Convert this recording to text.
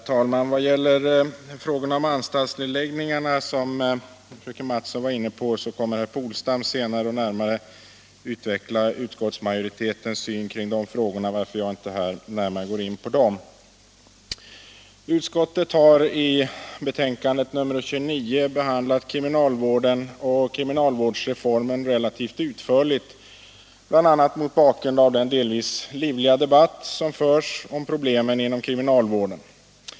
Nr 130 Herr talman! Frågan om anstaltsnedläggningarna. som fröken Mattson Torsdagen den har tagit upp, kommer herr Polstam senare att utveckla utskottsmajo 12 maj 1977 ritetens syn på. Jag går därför inte närmare in på den. Justitieutskottet har i betänkandet nr 29 behandlat kriminalvården och — Anslag till kriminalkriminalvårdsreformen relativt utförligt, bl.a. mot bakgrund av den del — vården vis livliga debatt som förs om problemen inom kriminalvården.